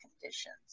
conditions